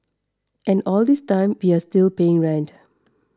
and all this time we are still paying rent